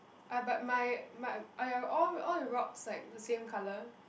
ah but my my are your all all the rocks like the same colour